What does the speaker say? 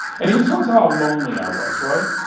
and you can sort of tell how lonely i was, right?